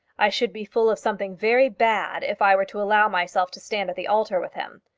i should be full of something very bad if i were to allow myself to stand at the altar with him.